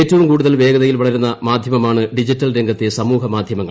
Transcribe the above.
ഏറ്റവും കൂടുതൽ വേഗതയിൽ വളരുന്ന മാധ്യമമാണ് ഡിജിറ്റൽ രംഗത്തെ സമൂഹ മാധ്യമങ്ങൾ